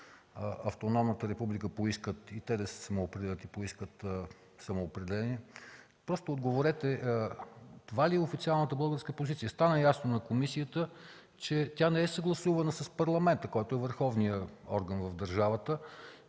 автономната република поискат и те да се самоопределят и поискат самоопределение? Просто отговорете: това ли е официалната българска позиция? Стана ясно на комисията, че тя не е съгласувана с Парламента, който е върховният орган в държавата